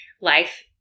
life